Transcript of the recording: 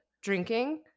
drinking